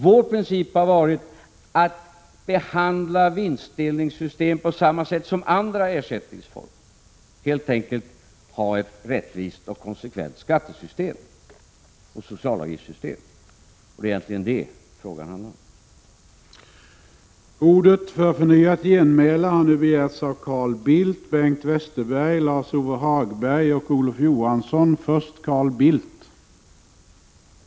Vår princip har varit att behandla vinstandelssystem på samma sätt som andra ersättningsformer, genom att helt enkelt ha ett rättvist och konsekvent skattesystem och socialavgiftssystem. Det är egentligen detta som det handlar om.